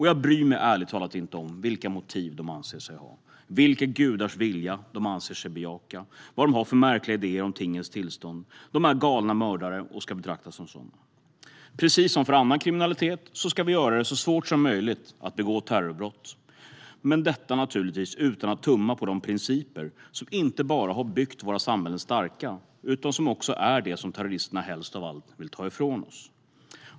Jag bryr mig ärligt talat inte om vilka motiv terrorister anser sig ha, vilka gudars vilja de anser sig bejaka och vad de har för märkliga idéer om tingens tillstånd. De är galna mördare och ska betraktas som sådana. Precis som för annan kriminalitet ska vi göra det så svårt som möjligt att begå terrorbrott, men detta naturligtvis utan att tumma på de principer som inte bara har byggt våra samhällen starka utan också är det som terroristerna helst av allt vill ta ifrån oss.